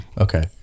Okay